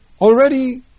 already